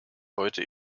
heute